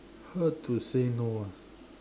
how to say no ah